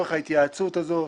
לצורך ההתייעצות הזאת.